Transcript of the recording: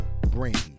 Brandy